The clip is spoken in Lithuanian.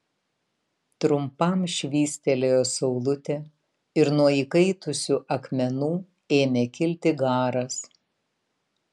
trumpam švystelėjo saulutė ir nuo įkaitusių akmenų ėmė kilti garas